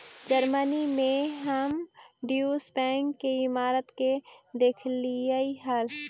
Germany में हम Deutsche bank के इमारत के देखलीअई हल